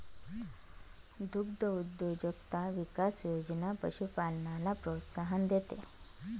दुग्धउद्योजकता विकास योजना पशुपालनाला प्रोत्साहन देते